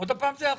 עוד פעם זה החוק?